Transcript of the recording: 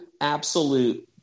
absolute